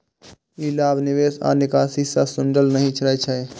ई लाभ निवेश आ निकासी सं जुड़ल नहि रहै छै